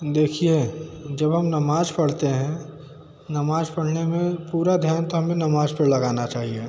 देखिए जब हम नमाज़ पढ़ते हैं नमाज़ पढ़ने में पूरा ध्यान तो हमें नमाज़ पर लगाना चाहिए